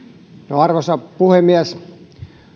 arvoisa puhemies